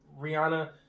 Rihanna